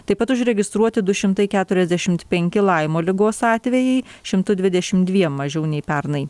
taip pat užregistruoti du šimtai keturiasdešimt penki laimo ligos atvejai šimtu dvidešim dviem mažiau nei pernai